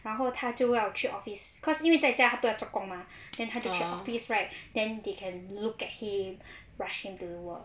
然后他就要去 office cause 因为在家他不要做工吗 then 他就去 office right then they can look at him rush him to do work